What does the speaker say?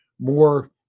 more